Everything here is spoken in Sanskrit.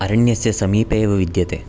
अरण्यस्य समीपे एव विद्यते